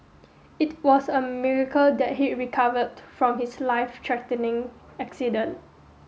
it was a miracle that he recovered from his life threatening accident